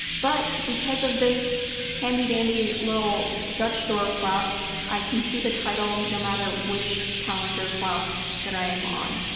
but because of this handy dandy little dutch door flap i can see the title no matter which calendar flap that i am on.